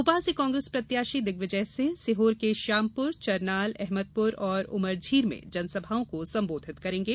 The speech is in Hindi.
भोपाल से कांग्रेस प्रत्याशी दिग्विजय सिंह सिहोर के श्यामपुर चरनाल अहमदपुर और उमरझीर में जनसभाओं को संबोधित करेंगे